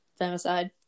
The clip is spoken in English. femicide